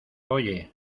oye